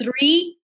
three